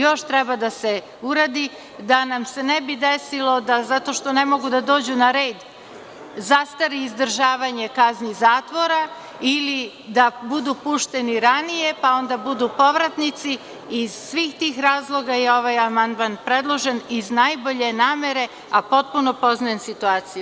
Još treba da se uradi da nam se ne bi desilo da zato što ne mogu da dođu na red, zastari izdržavanje kazni zatvora ili da budu pušteni ranije pa onda budu povratnici, iz svih tih razloga je ovaj amandman predložen iz najbolje namere, a potpuno poznajem situaciju.